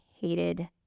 hated